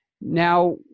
Now